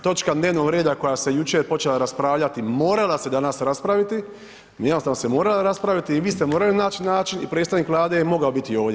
Točka dnevnog reda koja se jučer počela raspravljati morala se danas raspraviti, jednostavno se morala raspravila i vi ste morali naći način i predstavnik Vlade je mogao biti ovdje.